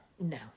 No